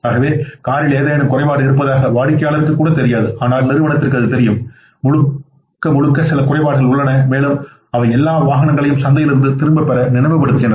ஆகவே காரில் ஏதேனும் குறைபாடு இருப்பதாக வாடிக்கையாளருக்குத் தெரியாது ஆனால் நிறுவனத்திற்கு அது தெரியும் முழுக்க முழுக்க சில குறைபாடுகள் உள்ளன மேலும் அவை எல்லா வாகனங்களையும் சந்தையிலிருந்து திரும்பப்பெற நினைவுபடுத்துகின்றன